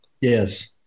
Yes